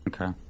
Okay